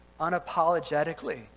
unapologetically